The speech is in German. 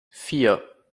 vier